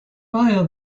via